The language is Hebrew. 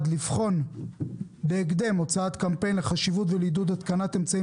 לבחון בהקדם הוצאת קמפיין לחשיבות ולעידוד התקנת אמצעים